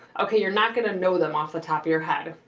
okay, you're not gonna know them off the top of your head.